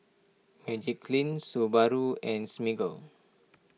Magiclean Subaru and Smiggle